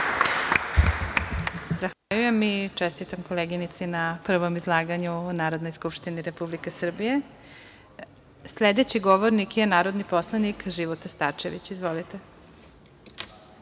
Zahvaljujem i čestitam koleginici na prvom izlaganju u Narodnoj skupštini Republike Srbije. Sledeći govornik je narodni poslanik Života Starčević. Izvolite.